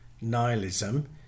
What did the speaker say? Nihilism